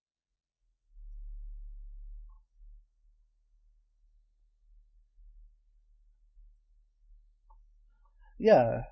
ya